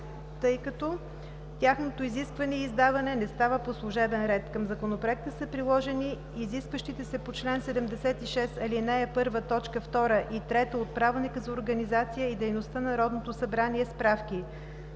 тъй като тяхното изискване и издаване ще става по служебен ред. Към Законопроекта са приложени изискващите се по чл. 76, ал. 1, т. 2 и 3 от Правилника за организацията и дейността на Народното събрание справки.